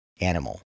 animal